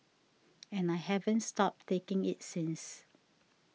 and I haven't stopped taking it since